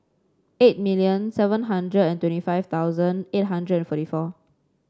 eight million seven hundred and twenty five thousand eight hundred and forty four